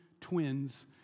twins